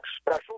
special